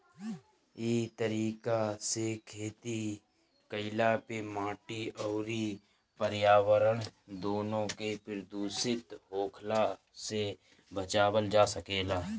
इ तरीका से खेती कईला पे माटी अउरी पर्यावरण दूनो के प्रदूषित होखला से बचावल जा सकेला